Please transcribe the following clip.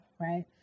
right